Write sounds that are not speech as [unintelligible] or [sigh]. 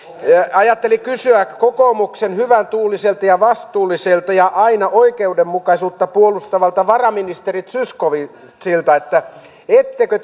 ajattelin kysyä kokoomuksen hyväntuuliselta ja vastuulliselta ja aina oikeudenmukaisuutta puolustavalta varaministeri zyskowiczilta että ettekö [unintelligible]